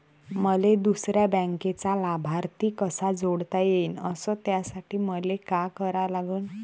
मले दुसऱ्या बँकेचा लाभार्थी कसा जोडता येईन, अस त्यासाठी मले का करा लागन?